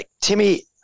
Timmy